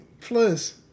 plus